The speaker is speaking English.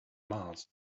mars